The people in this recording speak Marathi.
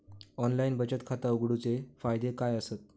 ऑनलाइन बचत खाता उघडूचे फायदे काय आसत?